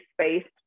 space